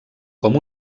com